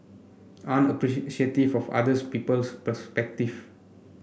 aren't appreciative of other people's perspective